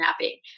napping